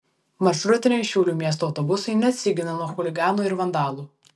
maršrutiniai šiaulių miesto autobusai neatsigina nuo chuliganų ir vandalų